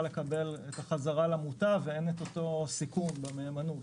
לקבל את החזרה למוטב ואין את אותו סיכון במהימנות.